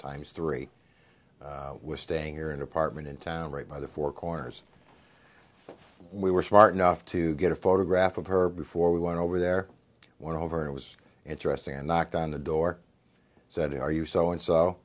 times three was staying here an apartment in town right by the four corners we were smart enough to get a photograph of her before we went over there went over it was interesting and knocked on the door said are you so and so